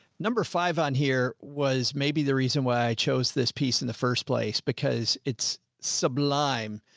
number five on here was maybe the reason why i chose this piece in the first place, because it's sublime.